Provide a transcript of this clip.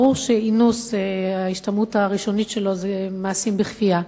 ברור שההשתמעות הראשונית של אינוס זה מעשים בכפייה,